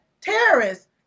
terrorists